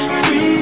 free